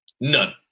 None